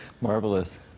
Marvelous